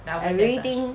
I really think